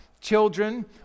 children